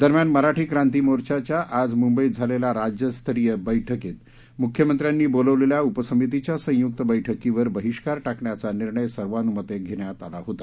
दरम्यान मराठा क्रांती मोर्चाच्या आज मुंबईत झालेल्या राज्यस्तरीय बैठकीत आजच्या मुख्यमंत्र्यांनी बोलवलेल्या उपसमितीच्या संयुक्त बैठकीवर बहिष्कार टाकण्याचा निर्णय सर्वानुमते घेण्यात आला होता